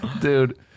Dude